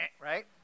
Right